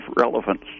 relevance